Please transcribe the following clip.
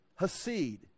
Hasid